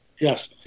Yes